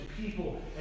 people